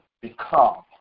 become